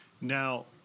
Now